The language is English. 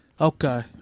Okay